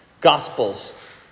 gospels